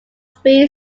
three